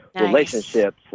relationships